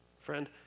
Friend